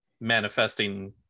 manifesting